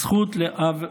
הזכות לאב ואם,